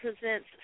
presents